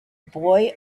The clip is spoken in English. boy